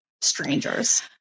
strangers